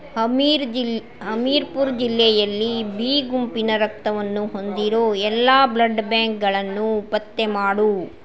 ಅಮೀರ್ಗಿಲ್ ಹಮೀರ್ಪುರ್ ಜಿಲ್ಲೆಯಲ್ಲಿ ಬಿ ಗುಂಪಿನ ರಕ್ತವನ್ನು ಹೊಂದಿರೋ ಎಲ್ಲ ಬ್ಲಡ್ ಬ್ಯಾಂಕ್ಗಳನ್ನು ಪತ್ತೆಮಾಡು